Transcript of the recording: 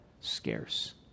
scarce